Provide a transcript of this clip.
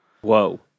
Whoa